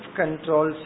control